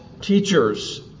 teachers